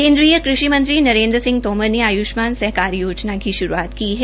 केन्द्रीय कृषि मंत्री नरेन्द्र सिंह तोमर ने आय्ष्मान सहकार सहकार योजना की शुरू की है